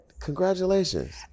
Congratulations